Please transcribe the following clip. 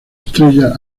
estrella